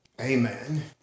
Amen